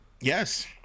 Yes